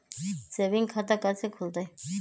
Saving खाता कैसे खुलतई?